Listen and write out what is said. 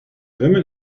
woman